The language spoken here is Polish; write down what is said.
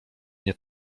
nie